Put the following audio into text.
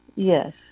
yes